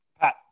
Pat